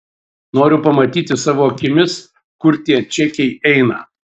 noriu pamatyti savo akimis kur tie čekiai eina